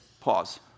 Pause